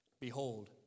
Behold